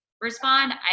respond